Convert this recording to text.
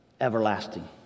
everlasting